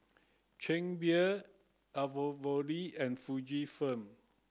Chang Beer and Fujifilm